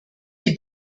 die